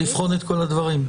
לבחון את כל הדברים.